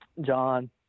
John